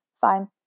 Fine